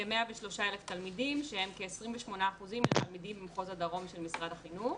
כ-103,000 תלמידים שהם כ-28% מהתלמידים במחוז הדרום של משרד החינוך.